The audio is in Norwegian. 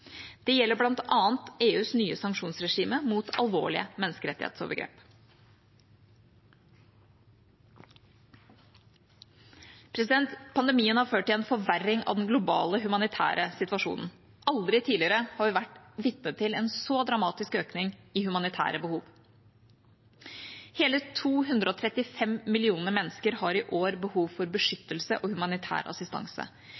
Det gjelder bl.a. EUs nye sanksjonsregime mot alvorlige menneskerettighetsovergrep. Pandemien har ført til en forverring av den globale humanitære situasjonen. Aldri tidligere har vi vært vitne til en så dramatisk økning i humanitære behov. Hele 235 millioner mennesker har i år behov for